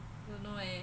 don't know eh